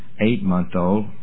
eight-month-old